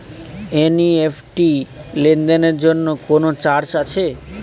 NEFT লেনদেনের জন্য কোন চার্জ আছে?